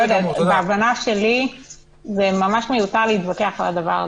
בהבנה שלי ממש מיותר להתווכח על הדבר הזה.